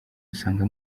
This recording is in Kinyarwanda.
usanga